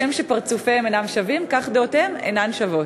"כשם שפרצופיהם אינם שווים כך דעותיהם אינן שוות".